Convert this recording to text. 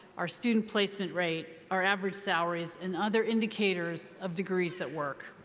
our student placement rate, our average salaries, and other indicators of degrees that work.